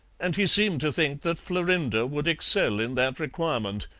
and he seemed to think that florinda would excel in that requirement,